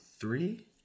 three